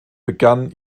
begann